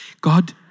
God